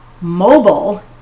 mobile